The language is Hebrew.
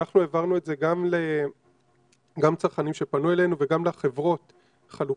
אנחנו העברנו את זה גם לצרכנים שפנו אלינו וגם לחברות חלוקה,